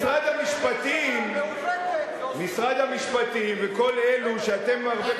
משרד המשפטים וכל אלו שאתם הרבה פעמים,